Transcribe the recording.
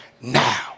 now